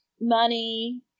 money